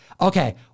Okay